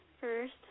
first